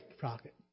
pocket